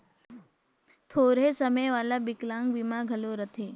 थोरहें समे वाला बिकलांग बीमा घलो रथें